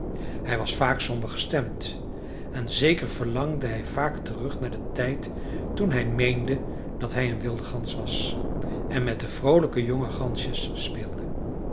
hij was vaak somber gestemd en zeker verlangde hij vaak terug naar den tijd toen hij meende dat hij een wilde gans was en met de vroolijke jonge gansjes speelde